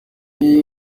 bihe